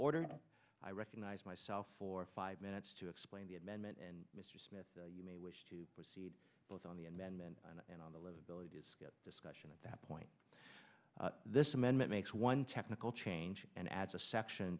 ordered i recognize myself for five minutes to explain the amendment and mr smith you may wish to proceed both on the amendment and on the livability discussion at that point this amendment makes one technical change and adds a section